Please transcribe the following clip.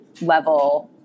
level